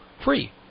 free